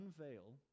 unveil